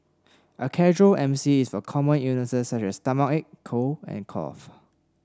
a casual MC is for common illness such as stomachache cold and cough